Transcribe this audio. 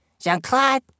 Jean-Claude